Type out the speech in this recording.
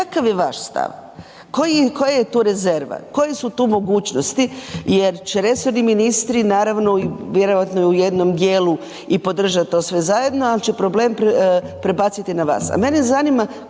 kakav je vaš stav. Koja je tu rezerva? Koje su tu mogućnosti? Jer će resorni ministri, naravno, vjerojatno i u jednom dijelu i podržati to sve zajedno, ali će problem prebaciti na vas.